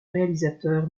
réalisateur